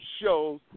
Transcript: shows